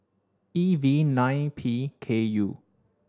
E V nine P K U